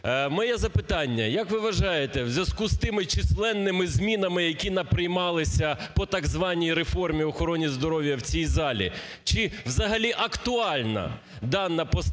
Моє запитання. Як ви вважає, у зв'язку з тими численними змінами, які на приймалися по так званій реформі в охороні здоров'я в цій залі, чи взагалі актуальна дана постанова